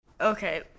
Okay